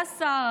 כשהוא היה שר.